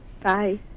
Bye